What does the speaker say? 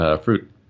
fruit